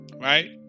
Right